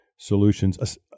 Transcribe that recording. solutions